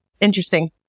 interesting